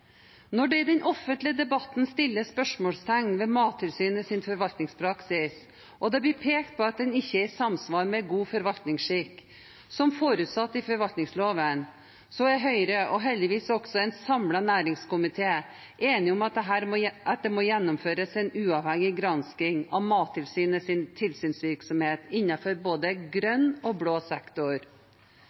Når det i den offentlige debatten stilles spørsmål ved Mattilsynets forvaltningspraksis og det blir pekt på at den ikke er i samsvar med god forvaltningsskikk, som forutsatt i forvaltningsloven, er Høyre og heldigvis også en samlet næringskomité enige om at det må gjennomføres en uavhengig gransking av Mattilsynets tilsynsvirksomhet innenfor både grønn og blå sektor.